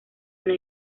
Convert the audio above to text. una